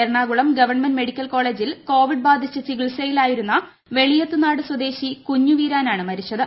Ernakulam government medical കോളേജിൽ covid ബാധിച്ച് ചികിത്സയിലായിരുന്ന വെളിയത്തുനാട് സ്വദേശി കുഞ്ഞുവീരാനാണ് മരിച്ചത്